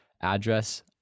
address